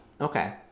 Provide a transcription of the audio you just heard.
Okay